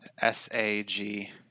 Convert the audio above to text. S-A-G